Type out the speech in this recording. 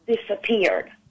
disappeared